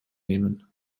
nehmen